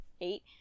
eight